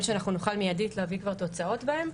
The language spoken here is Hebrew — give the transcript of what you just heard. שאנחנו נוכל מיידית להביא כבר תוצאות בהם,